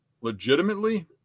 legitimately